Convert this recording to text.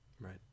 Right